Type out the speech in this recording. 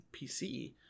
PC